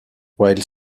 while